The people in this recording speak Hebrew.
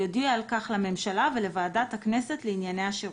יודיע על כך לממשלה ולוועדת הכנסת לענייני השירות.